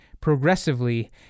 progressively